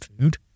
food